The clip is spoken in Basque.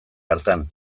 hartan